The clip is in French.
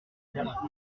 entre